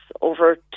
over